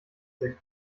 sich